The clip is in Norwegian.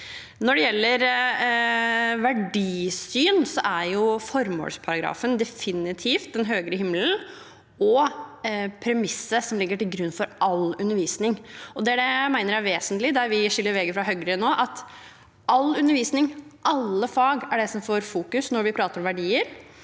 Når det gjelder verdisyn, er formålsparagrafen definitivt den høyere himmelen og premisset som ligger til grunn for all undervisning. Det er det jeg mener er vesentlig når vi nå skiller vei med Høyre. All undervisning og alle fag er det som får fokus når vi prater om verdier.